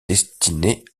destinées